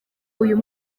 uyu